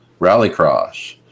Rallycross